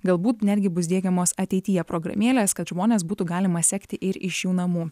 galbūt netgi bus diegiamos ateityje programėlės kad žmones būtų galima sekti ir iš jų namų